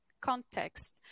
context